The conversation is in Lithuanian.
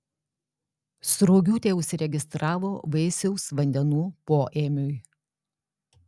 sruogiūtė užsiregistravo vaisiaus vandenų poėmiui